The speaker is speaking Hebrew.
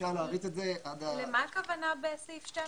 למה הכוונה בסעיף 12?